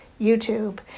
YouTube